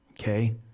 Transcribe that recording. Okay